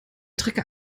trecker